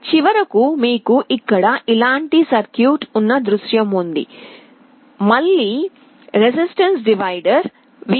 చివరికి మీకు ఇక్కడ ఇలాంటి సర్క్యూట్ ఉన్న దృశ్యం ఉంది మళ్ళీ resistance divider V 4 2R 2R earth కి